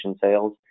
sales